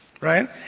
right